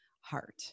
heart